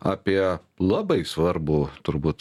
apie labai svarbų turbūt